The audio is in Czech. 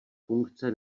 funkce